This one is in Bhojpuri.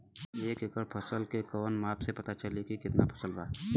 एक एकड़ फसल के कवन माप से पता चली की कितना फल बा?